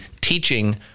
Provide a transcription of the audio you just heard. teaching